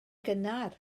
gynnar